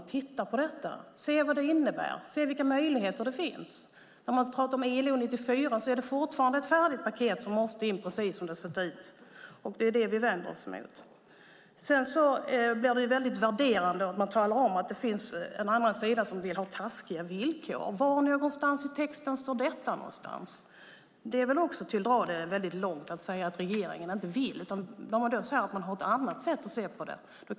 Men titta på frågan, se vad den innebär och vilka möjligheter som finns. När man pratar om ILO:s konvention 94 är det fortfarande fråga om ett färdigt paket som måste tas med precis som det ser ut. Det är vad vi vänder oss mot. Det är värderande att tala om en annan sida som vill ha taskiga villkor. Var står detta i texten? Det är att dra det långt att säga att regeringen inte vill. Vi har ett annat sätt att se på saken.